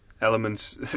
elements